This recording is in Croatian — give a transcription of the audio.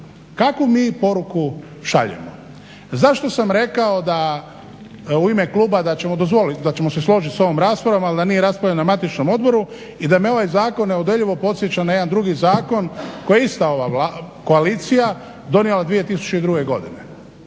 Kakvu mi poruku šaljemo? Zašto sam rekao u ime kluba da ćemo se složit s ovom raspravom ali da nije raspravljeno na matičnom odboru i da me ovaj zakon neodoljivo podsjeća na jedan drugi zakon koji je ista ova koalicija donijela 2002. godine.